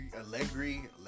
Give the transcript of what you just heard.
Allegri